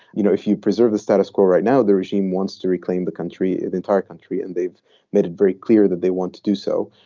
you know, if you preserve the status quo right now, the regime wants to reclaim the country, the entire country. and they've made it very clear that they want to do so.